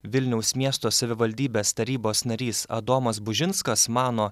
vilniaus miesto savivaldybės tarybos narys adomas bužinskas mano